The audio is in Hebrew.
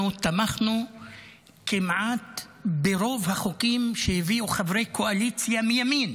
אנחנו תמכנו כמעט ברוב החוקים שהביאו חברי קואליציה מימין